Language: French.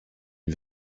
une